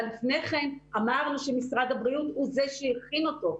אבל לפני כן אמרנו שמשרד הבריאות הוא זה שהכין אותו,